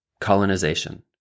Colonization